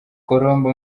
colombe